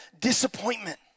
disappointment